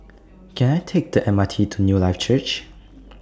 Can I Take The M R T to Newlife Church